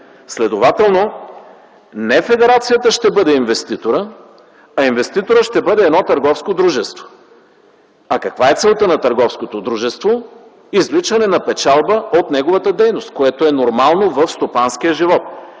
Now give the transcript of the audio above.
Следователно, не федерацията ще бъде инвеститорът, а инвеститорът ще бъде едно търговско дружество. Каква е целта на търговското дружество? Извличане на печалба от неговата дейност, което е нормално в стопанския живот.